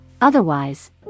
Otherwise